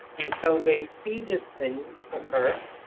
and so they see this thing occur,